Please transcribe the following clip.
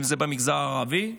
אם זה במגזר הערבי,